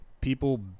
people